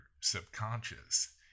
subconscious